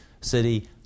city